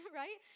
right